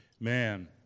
Man